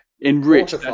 Enrich